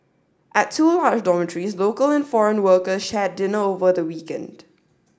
at two large dormitories local and foreign worker shared dinner over the weekend